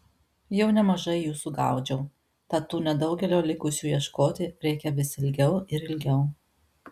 jau nemažai jų sugaudžiau tad tų nedaugelio likusių ieškoti reikia vis ilgiau ir ilgiau